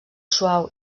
suau